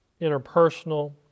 interpersonal